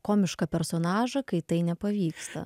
komišką personažą kai tai nepavyksta